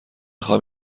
خواهم